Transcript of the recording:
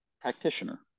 practitioner